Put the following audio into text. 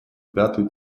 пятый